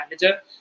manager